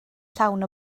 llawn